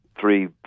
three